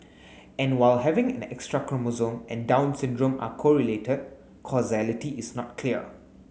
and while having an extra chromosome and Down syndrome are correlated causality is not clear